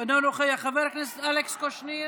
אינו נוכח, חבר הכנסת אלכס קושניר,